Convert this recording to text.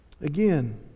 Again